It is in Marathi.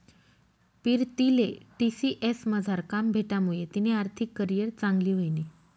पीरतीले टी.सी.एस मझार काम भेटामुये तिनी आर्थिक करीयर चांगली व्हयनी